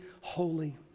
holy